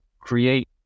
create